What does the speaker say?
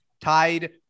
tied